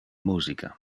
musica